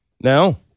Now